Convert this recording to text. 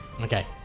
Okay